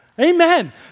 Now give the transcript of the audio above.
amen